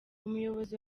umuyobozi